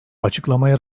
açıklamaya